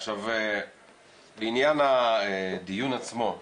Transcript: לעניין הדיון עצמו,